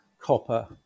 copper